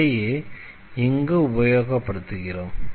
அதையே இங்கு உபயோகப்படுத்துகிறோம்